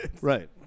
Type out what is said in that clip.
right